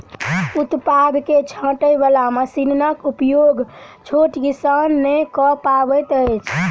उत्पाद के छाँटय बाला मशीनक उपयोग छोट किसान नै कअ पबैत अछि